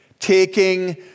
taking